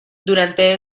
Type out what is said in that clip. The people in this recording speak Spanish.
durante